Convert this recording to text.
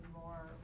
more